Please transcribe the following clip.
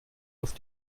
auf